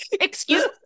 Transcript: Excuse